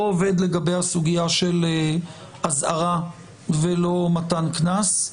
עובד לגבי הסוגיה של אזהרה ולא מתן קנס,